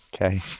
okay